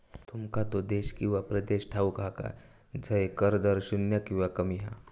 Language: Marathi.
तुमका तो देश किंवा प्रदेश ठाऊक हा काय झय कर दर शून्य किंवा कमी हा?